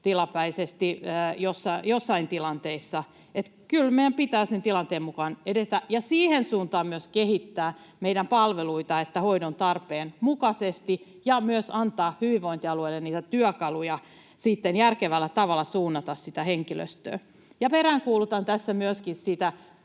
tilapäisesti joissain tilanteissa. Että kyllä meidän pitää sen tilanteen mukaan edetä ja siihen suuntaan myös kehittää meidän palveluitamme, että toimitaan hoidon tarpeen mukaisesti, ja myös antaa hyvinvointialueille niitä työkaluja sitten järkevällä tavalla suunnata sitä henkilöstöä. Ja peräänkuulutan tässä myöskin